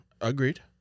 Agreed